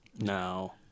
No